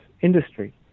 industry